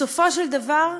בסופו של דבר,